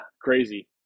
crazy